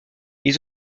ils